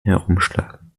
herumschlagen